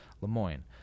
Lemoyne